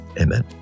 Amen